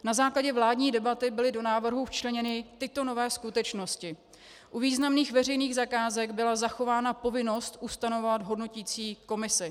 Na základě vládní debaty byly do návrhu včleněny tyto nové skutečnosti: U významných veřejných zakázek byla zachována povinnost ustanovovat hodnoticí komisi.